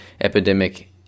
epidemic